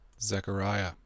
Zechariah